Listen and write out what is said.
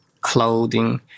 clothing